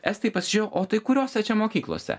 estai pasižiūrėjo o tai kuriose čia mokyklose